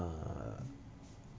uh